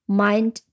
mind